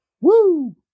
Woo